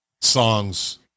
songs